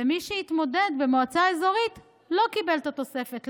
ומי שהתמודד במועצה אזורית לא קיבל את התוספת.